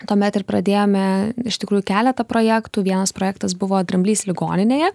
tuomet ir pradėjome iš tikrųjų keletą projektų vienas projektas buvo dramblys ligoninėje